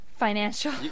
Financial